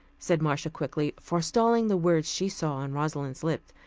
said marcia quickly, forestalling the words she saw on rosalind's lips,